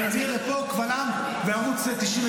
אני מבהיר את זה פה קבל עם בערוץ 99,